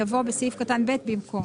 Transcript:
יבוא "בסעיף קטן (ב) במקום".